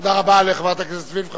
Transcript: תודה רבה לחברת הכנסת וילף.